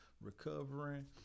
recovering